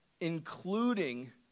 Including